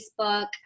Facebook